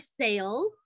sales